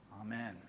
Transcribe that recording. Amen